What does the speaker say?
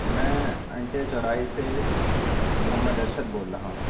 میں انٹے چوراہے سے محمد ارشد بول رہا ہوں